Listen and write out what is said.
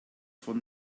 von